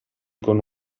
con